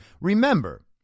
Remember